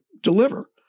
deliver